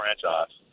franchise